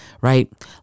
Right